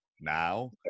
now